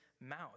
mouth